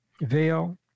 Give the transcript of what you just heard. veil